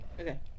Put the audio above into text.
Okay